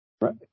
Right